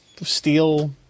steel